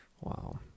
Wow